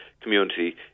community